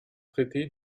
traité